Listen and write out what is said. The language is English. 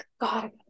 God